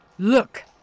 Look